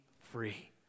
free